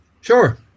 Sure